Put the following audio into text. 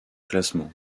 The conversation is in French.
classement